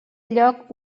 lloc